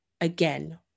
again